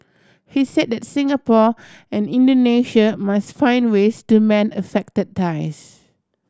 he say that Singapore and Indonesia must find ways to mend affected ties